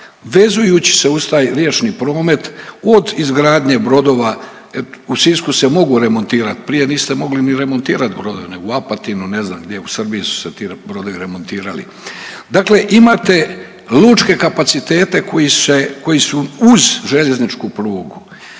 vezujući se uz taj riječni promet od izgradnje brodova. U Sisku se mogu remontirati, prije niste mogli ni remontirati brodove, nego u Apatinu, ne znam gdje u Srbiji su se ti brodovi remontirali. Dakle imate lučke kapacitete koji su uz željezničku prugu,